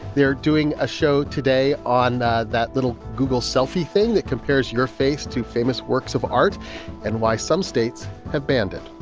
they're doing a show today on that that little google selfie thing that compares your face to famous works of art and why some states have banned it.